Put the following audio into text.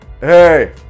hey